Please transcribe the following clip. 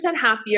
Happier